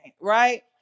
right